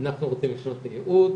אנחנו רוצים לשנות את הייעוד,